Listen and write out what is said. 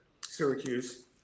Syracuse